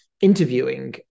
interviewing